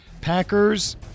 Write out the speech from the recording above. Packers